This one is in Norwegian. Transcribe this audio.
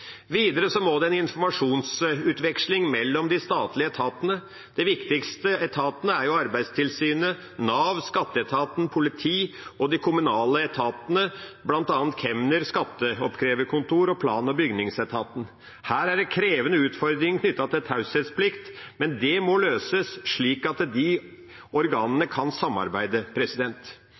Videre trengs det en informasjonsutveksling mellom de statlige etatene. De viktigste etatene er Arbeidstilsynet, Nav, skatteetaten, politiet og de kommunale etatene, bl.a. kemner/skatteoppkreverkontor og plan- og bygningsetaten. Her er det krevende utfordringer knyttet til taushetsplikt, men det må løses, slik at disse organene kan samarbeide.